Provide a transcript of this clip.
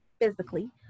physically